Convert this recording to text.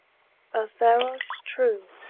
a pharos true,